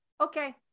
Okay